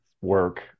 work